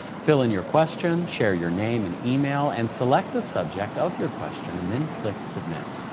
fill in your question, share your name and email, and select the subject of your question and then click submit.